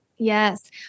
Yes